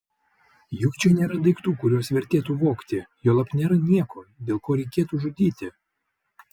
juk čia nėra daiktų kuriuos vertėtų vogti juolab nėra nieko dėl ko reikėtų žudyti